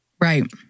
Right